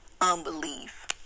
unbelief